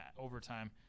Overtime